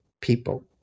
people